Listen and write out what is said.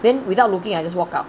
then without looking I just walk out